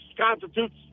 constitutes